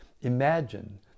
imagine